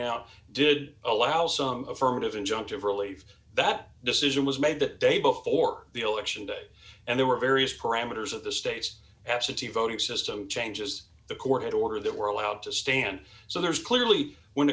out did allow some affirmative injunctive relief that decision was made that day before the election and there were various parameters of the state's absentee voting system changes the court order that were allowed to stand so there's clearly when